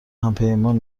همپیمان